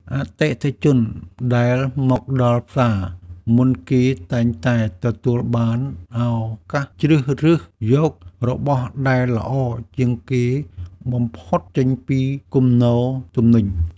អតិថិជនដែលមកដល់ផ្សារមុនគេតែងតែទទួលបានឱកាសជ្រើសរើសយករបស់ដែលល្អជាងគេបំផុតចេញពីគំនរទំនិញ។